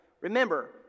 remember